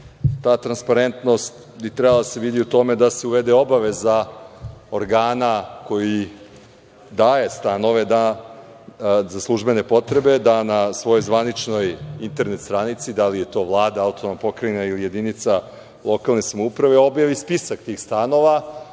Ta transparentnost bi trebala da se vidi u tome da se uvede obaveza organa koji daje stanove za službene potrebe da na svojoj zvaničnoj internet stranici, da li je to Vlada, autonomna pokrajina ili jedinica lokalne samouprave, objavi spisak tih stanova,